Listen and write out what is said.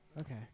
Okay